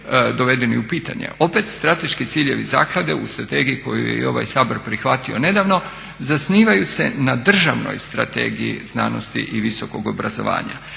dovedeni u pitanje. Opet strateški ciljevi zaklade u strategiji koju je ovaj Sabor prihvatio nedavno zasnivaju se na državnoj Strategiji znanosti i visokog obrazovanja.